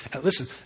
Listen